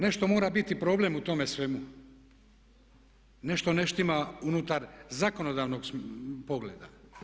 Nešto mora biti problem u tome svemu, nešto ne štima unutar zakonodavnog pogleda.